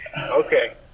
okay